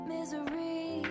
Misery